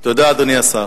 תודה, אדוני השר.